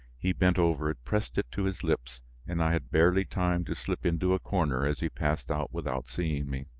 he bent over it, pressed it to his lips and i had barely time to slip into a corner as he passed out without seeing me.